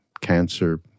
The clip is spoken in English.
cancer